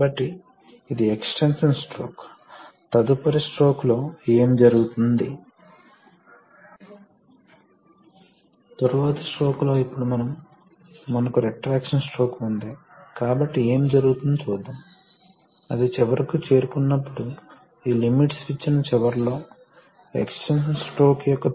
కాబట్టి నేరుగా ఇది సృష్టించబడింది ఇది సృష్టించబడకపోతే ఈ తక్కువ రెసిస్టెన్స్ కారణంగా ద్రవం యొక్క ఈ భాగం నేరుగా దీని నుండి వచ్చే ద్రవంపంపులోకి పీలుస్తుంది కాబట్టి ఈ ద్రవాలు పీల్చుకోవు మరియు ఈ ద్రవాలు ట్యాంక్లో ఎక్కువ సమయం ఉండదు